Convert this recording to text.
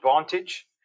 advantage